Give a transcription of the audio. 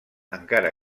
encara